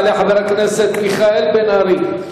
יעלה חבר הכנסת מיכאל בן-ארי.